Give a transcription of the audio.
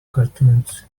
cartoons